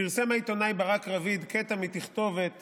פרסם העיתונאי ברק רביד קטע מתכתובת